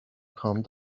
come